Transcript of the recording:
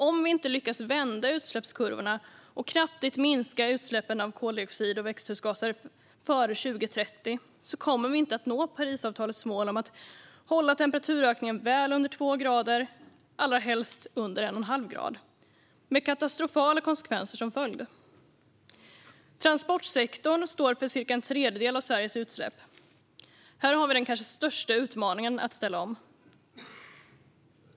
Om vi inte lyckas vända utsläppskurvorna och kraftigt minska utsläppen av koldioxid och växthusgaser före 2030 kommer vi inte att nå Parisavtalets mål om att hålla temperaturökningen väl under två grader och allra helst under en och en halv grad, med katastrofala konsekvenser som följd. Transportsektorn står för cirka en tredjedel av Sveriges utsläpp. Här har vi den kanske största utmaningen att ställa om.